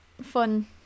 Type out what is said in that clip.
fun